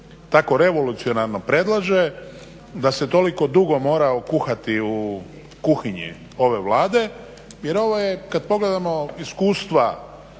tako revolucionarno predlaže da se toliko dugo morao kuhati u kuhinji ove Vlade. Jer ovo je kada pogledamo iskustva